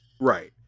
Right